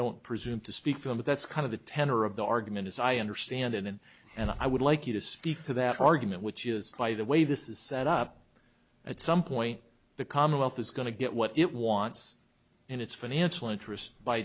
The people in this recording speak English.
don't presume to speak for them but that's kind of the tenor of the argument as i understand it and and i would like you to speak to that argument which is by the way this is set up at some point the commonwealth is going to get what it wants in its financial interest by